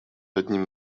одним